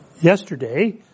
Yesterday